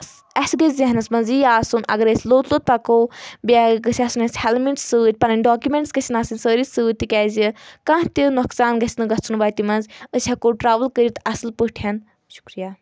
اَسہِ گٔژھہِ ذہنَس منٛز یی آسُن اگر أسۍ لوٚت لوٚت پَکو بیٚیہِ گٔژھہِ آسٕنۍ اَسہِ ہیٚلمٹ سۭتۍ پَنٕنۍ ڈاکمؠنٛٹٕس گژھِ نہٕ آسٕنۍ سٲری سۭتۍ تِکیازِ کانٛہہ تہِ نۄقصان گژھِ نہٕ گژھُن وَتہِ منٛز أسۍ ہؠکو ٹرٛیوٕل کٔرِتھ اَصٕل پٲٹھۍ شُکریہ